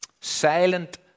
silent